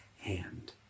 hand